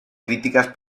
críticas